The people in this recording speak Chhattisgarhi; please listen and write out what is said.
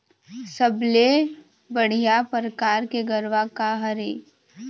सबले बढ़िया परकार के गरवा का हर ये?